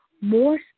more